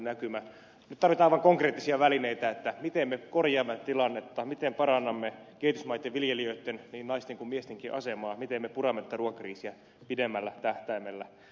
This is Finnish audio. nyt tarvitaan aivan konkreettisia välineitä siihen miten me korjaamme tilannetta miten parannamme kehitysmaitten viljelijöitten niin naisten kuin miestenkin asemaa miten me puramme tätä ruokakriisiä pidemmällä tähtäimellä